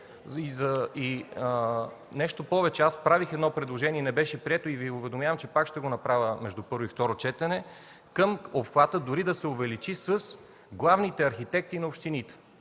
Нещо повече, направих предложение, което не беше прието, но Ви уведомявам, че пак ще го направя между първо и второ четене – обхватът да се увеличи и с главните архитекти на общините.